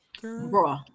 Bro